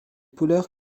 polaires